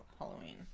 Halloween